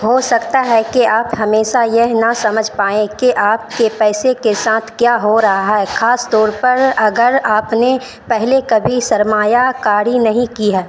ہو سکتا ہے کہ آپ ہمیشہ یہ نہ سمجھ پائیں کہ آپ کے پیسے کے ساتھ کیا ہو رہا ہے خاص طور پر اگر آپ نے پہلے کبھی سرمایہ کاری نہیں کی ہے